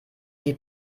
die